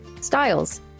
styles